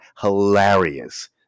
hilarious